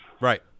Right